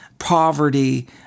poverty